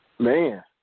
Man